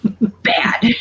Bad